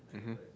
mmhmm